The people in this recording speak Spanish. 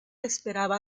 esperaba